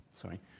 sorry